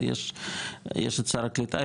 אבל יש את שר הקליטה,